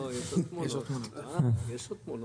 לא, יש עוד תמונות.